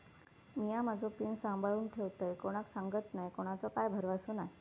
मिया माझो पिन सांभाळुन ठेवतय कोणाक सांगत नाय कोणाचो काय भरवसो नाय